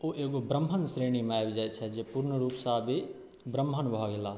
ओ एगो ब्राह्मण श्रेणी मे आबि जाइत छथि जे पूर्ण रूपसँ आब ई ब्राह्मण भऽ गेलाह